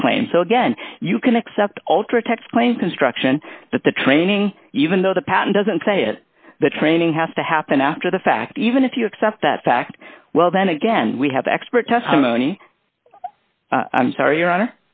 this claim so again you can accept ultratech claim construction that the training even though the patent doesn't say it the training has to happen after the fact even if you accept that fact well then again we have expert testimony i'm sorry your honor